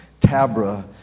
Tabra